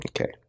Okay